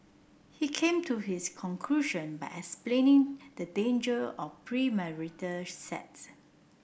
he came to his conclusion by explaining the danger of premarital sex